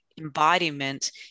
embodiment